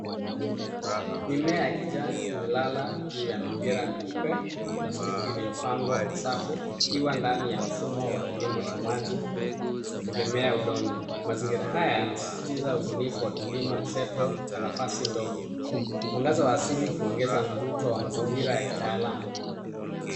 Mimea ya kijani imelala juu ya mipira mieupe ya plastiki iliyopangwa kwa safu ikiwa ndani ya mfumo wa kilimo cha maji isiotegemea udongo. Mazingira haya yanasisitiza ubunifu wa kilimo mseto kwa nafasi ndogo. Mwangaza wa asili huongeza mvuto wa mazingira ya kitaalamu.